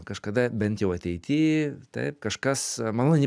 kažkada bent jau ateity taip kažkas maloni